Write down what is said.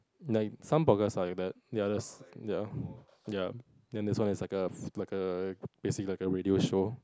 like some podcast are like that ya that's ya ya then this one is like a like a basically like a radio show